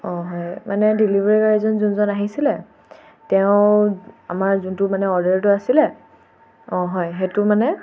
অঁ হয় মানে ডেলিভাৰী গাইজন যোনজন আহিছিলে তেওঁ আমাৰ যোনটো মানে অৰ্ডাৰটো আছিলে অঁ হয় সেইটো মানে